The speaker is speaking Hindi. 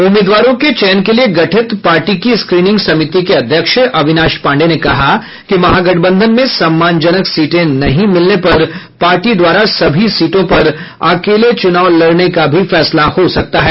उम्मीदवारों के चयन के लिए गठित पार्टी की स्क्रीनिंग समिति के अध्यक्ष अविनाश पांडेय ने कहा कि महागठबंधन में सम्मानजनक सीटें नहीं मिलने पर पार्टी द्वारा सभी सीटों पर अकेले चुनाव लड़ने का भी फैसला हो सकता है